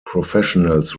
professionals